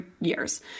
years